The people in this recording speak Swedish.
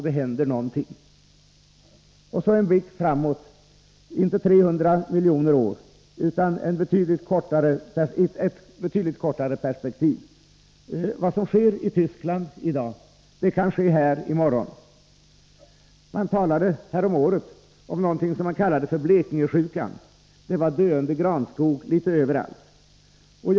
Jag vill sedan kasta en blick framåt i tiden — inte 300 miljoner år, utan se frågorna i ett betydligt kortare perspektiv. Vad som sker i Tyskland i dag kan ske här i morgon. Man talade häromåret om någonting som man kallade Blekingesjukan. Det var döende granskog litet överallt.